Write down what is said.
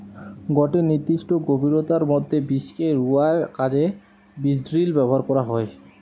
গটে নির্দিষ্ট গভীরতার মধ্যে বীজকে রুয়ার কাজে বীজড্রিল ব্যবহার করা হয়